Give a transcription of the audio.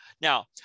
Now